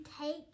take